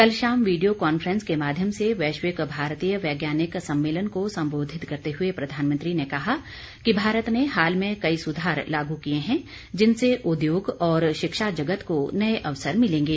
कल शाम video conference के माध्यम से वैश्विक भारतीय वैज्ञानिक सम्मेलन को संबोधित करते हुए प्रधानमंत्री ने कहा कि भारत ने हाल में कई सुधार लागू किए हैं जिनसे उद्योग और शिक्षा जगत को नए अवसर मिलेंगे